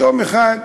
יום אחד,